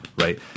right